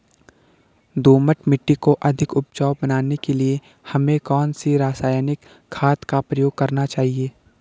दोमट मिट्टी को अधिक उपजाऊ बनाने के लिए हमें कौन सी रासायनिक खाद का प्रयोग करना चाहिए?